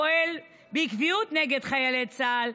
הפועל בקביעות נגד חיילי צה"ל,